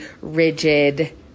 rigid